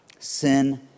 Sin